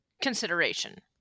consideration